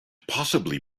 possibly